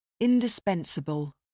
Indispensable